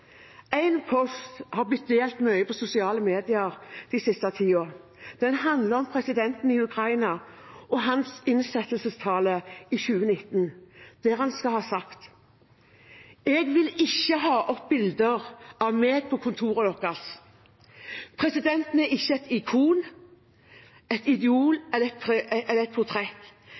har blitt delt mye i sosiale medier den siste tiden. Det handler om presidenten i Ukraina og hans innsettelsestale i 2019, der han skal ha sagt: Jeg vil ikke ha opp bilder av meg på kontorene deres. Presidenten er ikke et ikon, et idol eller et portrett. Heng opp et